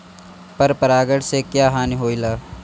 पर परागण से क्या हानि होईला?